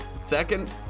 Second